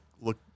look